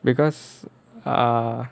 because err